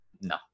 no